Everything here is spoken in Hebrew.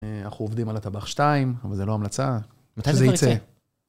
אנחנו עובדים על הטבח 2, אבל זו לא המלצה, מתי זה ייצא.